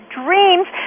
dreams